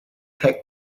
tech